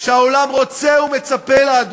שהעולם רוצה ומצפה לה,